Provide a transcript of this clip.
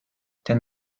ten